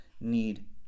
need